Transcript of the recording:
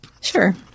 Sure